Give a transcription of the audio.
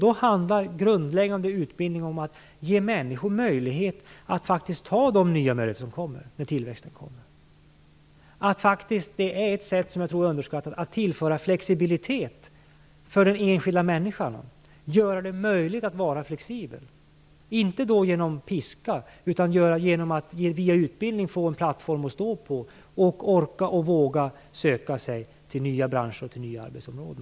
Då handlar grundläggande utbildning om att ge människor möjlighet att faktiskt ta de nya möjligheter som kommer när tillväxten kommer. Ett sätt som jag tror är underskattat är att tillföra flexibilitet för den enskilda människan och göra det möjligt att vara flexibel, inte genom piska utan genom att man via utbildning får en plattform att stå på. Då orkar och vågar man söka sig till nya branscher och nya arbetsområden.